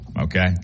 Okay